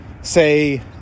say